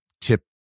tip